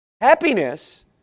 Happiness